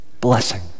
blessing